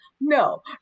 No